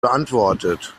beantwortet